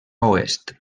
oest